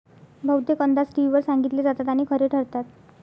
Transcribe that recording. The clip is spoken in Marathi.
बहुतेक अंदाज टीव्हीवर सांगितले जातात आणि खरे ठरतात